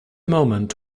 moment